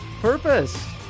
purpose